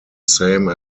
same